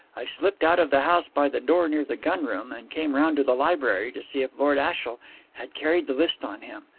i slipped out of the house by the door near the gunroom, and came round to the library to see if lord ashiel had carried the list on him.